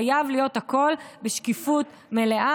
הכול חייב להיות בשקיפות מלאה,